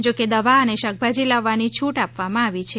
જોકે દવા અને શાકભાજી લાવવાની છૂટ આપવામાં આવેલ છે